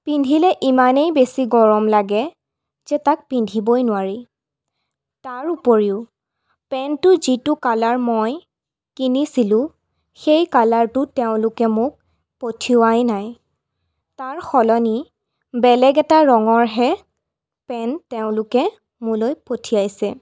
পিন্ধিলে ইমানেই বেছি গৰম লাগে যে তাক পিন্ধিবই নোৱাৰি তাৰ উপৰিও পেন্টটো যিটো কালাৰ মই কিনিছিলো সেই কালাৰটো তেওঁলোকে মোক পঠিওৱাই নাই তাৰ সলনি বেলেগ এটা ৰঙৰহে পেন্ট তেওঁলোকে মোলৈ পঠিয়াইছে